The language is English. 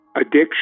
addiction